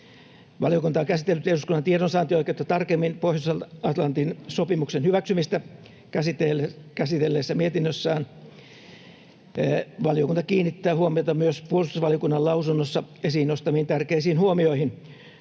Valiokunta on käsitellyt eduskunnan tiedonsaantioikeutta tarkemmin Pohjois-Atlantin sopimuksen hyväksymistä käsitelleessä mietinnössään. Valiokunta kiinnittää huomiota myös puolustusvaliokunnan lausunnossaan esiin nostamiin tärkeisiin huomioihin